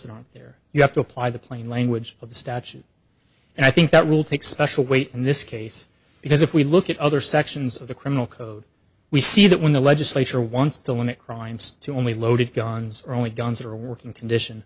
on there you have to apply the plain language of the statute and i think that will take special weight in this case because if we look at other sections of the criminal code we see that when the legislature wants to limit crimes to only loaded guns or only guns are working condition